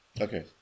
Okay